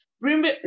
remember